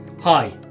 Hi